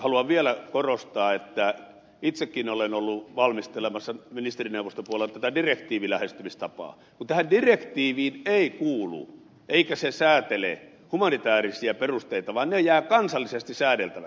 haluan vielä korostaa että itsekin olen ollut valmistelemassa ministerineuvoston puolelta tämän direktiivin lähestymistapaa mutta tähän direktiiviin ei kuulu eikä se säätele humanitäärisiä perusteita vaan ne jäävät kansallisesti säädeltäviksi